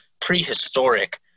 prehistoric